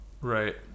Right